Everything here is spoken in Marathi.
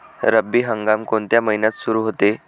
रब्बी हंगाम कोणत्या महिन्यात सुरु होतो?